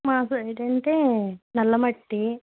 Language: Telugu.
మా సైడ్ అంటే నల్ల మట్టి